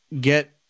get